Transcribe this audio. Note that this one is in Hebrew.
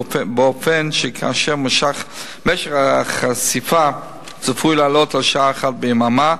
באופן שכאשר משך החשיפה צפוי לעלות על שעה אחת ביממה,